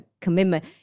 commitment